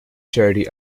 charity